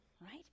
right